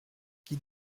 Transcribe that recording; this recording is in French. qui